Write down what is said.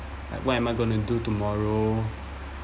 like what am I gonna do tomorrow